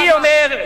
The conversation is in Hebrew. אני אומר,